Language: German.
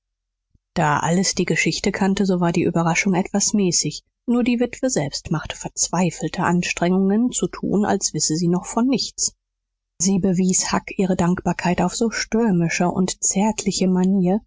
da alles die geschichte kannte so war die überraschung etwas mäßig nur die witwe selbst machte verzweifelte anstrengungen zu tun als wisse sie noch von nichts sie bewies huck ihre dankbarkeit auf so stürmische und zärtliche manier